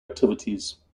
activities